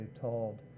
told